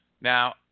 now